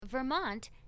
Vermont